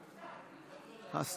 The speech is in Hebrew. מס'